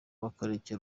bakabereka